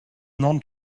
non